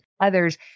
Others